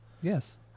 Yes